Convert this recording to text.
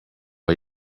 are